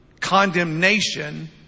condemnation